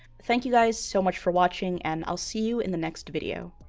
thank you guys so much for watching and i'll see you in the next video.